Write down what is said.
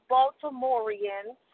Baltimoreans